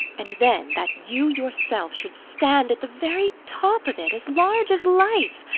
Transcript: and then, that you yourself should stand at the very top of it, as large as life!